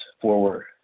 forward